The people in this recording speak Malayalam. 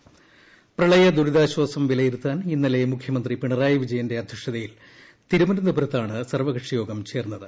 നടപടികൾക്ക് പ്രളയ ദുരിതാശ്ചാസം വിലയിരുത്താൻ ഇന്നലെ മുഖ്യമന്ത്രി പിണറായി വിജയന്റെ അധ്യക്ഷതയിൽ തിരുവനന്തപുരത്താണ് സർവ്വക്ഷിയോഗം ചേർന്നത്